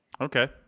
Okay